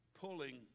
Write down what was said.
pulling